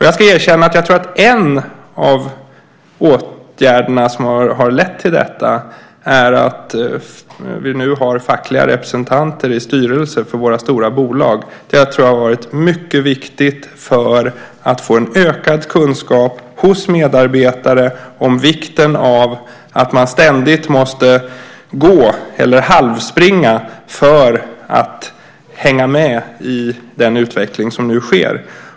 Jag ska erkänna att jag tror att en av de åtgärder som har lett till detta är att vi nu har fackliga representanter i styrelserna för våra stora bolag. Det tror jag har varit mycket viktigt för att få en ökad kunskap hos medarbetare om vikten av att man ständigt måste gå eller halvspringa för att hänga med i den utveckling som nu sker.